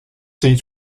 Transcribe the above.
seat